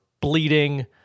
bleeding